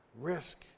Risk